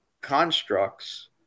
constructs